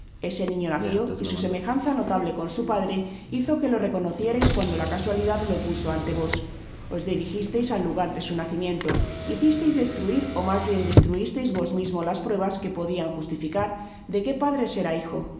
ese niño nació y su semejanza notable con su padre hizo que lo reconocierais cuando la casualidad lo puso ante vos os dirijisteis al lugar de su nacimiento hicisteis deslruir ó mas bien destruisteis vos mismo las pruebas que podian justificar de que padres era hijo